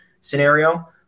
scenario